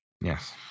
Yes